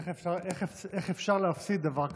איך אפשר להפסיד דבר כזה?